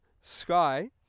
sky